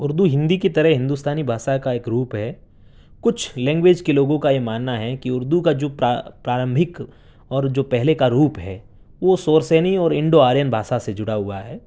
اردو ہندی کی طرح ہندوستانی بھاشا کا ایک روپ ہے کچھ لینگویج کے لوگوں کا یہ ماننا ہے کہ اردو کا جو پرارمبھک اور جو پہلے کا روپ ہے وہ اور انڈو آرین بھاشا سے جڑا ہوا ہے